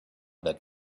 that